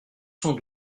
cent